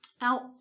out